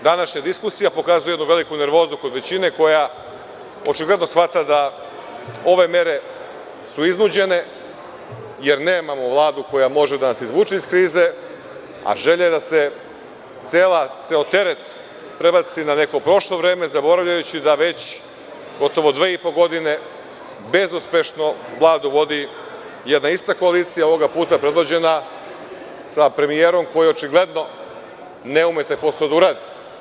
Današnja diskusija pokazuje jednu veliku nervozu kod većine koja očigledno shvata da su ove mere iznuđene, jer nemamo Vladu koja može da nas izvuče iz krize, a želja je da se ceo teret prebaci na neko prošlo vreme, zaboravljajući da već gotovo dve i po godine bezuspešno Vladu vodi jedna ista koalicija, ovoga puta predvođena sa premijerom koji očigledno ne ume taj posao da uradi.